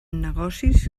negocis